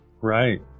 Right